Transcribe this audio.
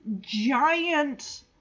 giant